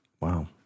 Wow